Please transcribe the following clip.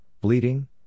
bleeding